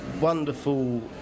wonderful